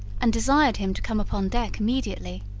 and desired him to come upon deck immediately.